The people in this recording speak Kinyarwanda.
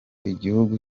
igihugu